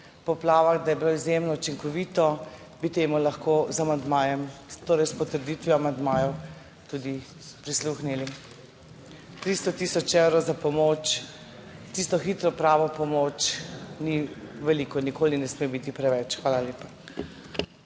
poplavah, da je bilo izjemno učinkovito, bi temu lahko z amandmajem, torej s potrditvijo amandmajev tudi prisluhnili, 300 tisoč evrov za pomoč, tisto hitro pravo pomoč ni veliko, nikoli ne sme biti preveč. Hvala lepa.